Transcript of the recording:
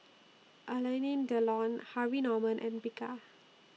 Alanine Delon Harvey Norman and Bika